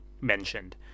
mentioned